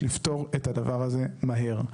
לפתור את הדבר הזה מהר,